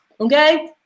Okay